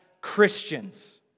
Christians